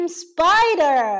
spider，